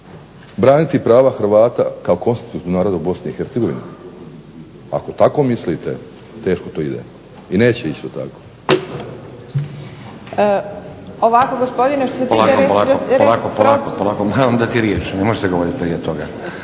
braniti prava Hrvata kao konstitutivnog naroda u BiH? Ako tako mislite teško to ide i neće ići tako.